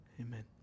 Amen